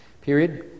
period